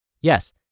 Yes